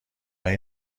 این